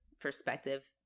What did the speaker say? perspective